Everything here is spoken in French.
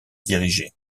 dirigeait